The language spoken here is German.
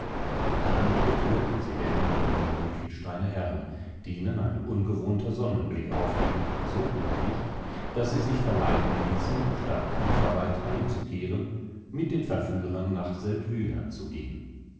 damit betörten sie denn die jungen ruechensteiner herren denen ein ungewohnter sonnenblick aufging so glücklich daß sie sich verleiten ließen statt unverweilt heimzukehren mit den verführern nach seldwyla zu gehen